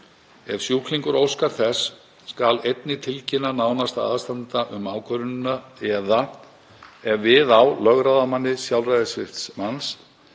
Ef sjúklingur óskar þess skal einnig tilkynna nánasta aðstandanda um ákvörðunina eða ef við á lögráðamanni sjálfræðissvipts manns,